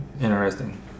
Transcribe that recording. interesting